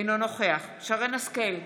אינו נוכח שרן מרים השכל,